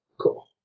Cool